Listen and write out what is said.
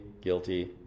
guilty